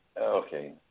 okay